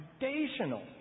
foundational